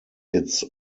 its